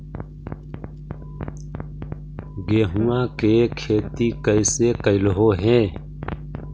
गेहूआ के खेती कैसे कैलहो हे?